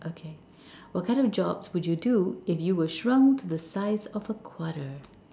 okay what kind of jobs would you do if you were shrunk to a size of a quarter